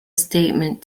statement